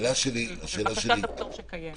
בקשת הפטור שקיימת.